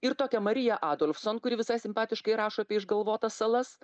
ir tokią mariją adolfson kuri visai simpatiškai rašo apie išgalvotas salas